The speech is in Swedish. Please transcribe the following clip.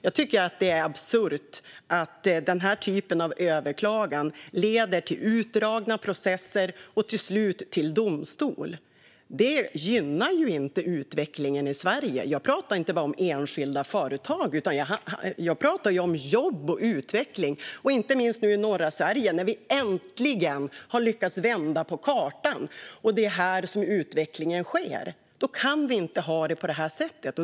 Jag tycker att det är absurt att den här typen av överklaganden leder till utdragna processer och till slut till domstol. Det gynnar ju inte utvecklingen i Sverige. Jag pratar inte bara om enskilda företag; jag pratar om jobb och utveckling. Inte minst i norra Sverige, när vi nu äntligen har lyckats vända på kartan och det är här utvecklingen sker, kan vi inte ha det på det här sättet.